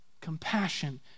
Compassion